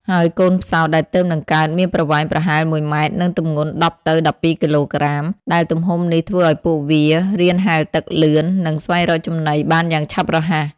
ហើយកូនផ្សោតដែលទើបនឹងកើតមានប្រវែងប្រហែល ១ ម៉ែត្រ និងទម្ងន់ ១០ ទៅ ១២ គីឡូក្រាម ដែលទំហំនេះធ្វើឱ្យពួកវារៀនហែលទឹកលឿន និងស្វែងរកចំណីបានយ៉ាងឆាប់រហ័ស។